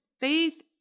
Faith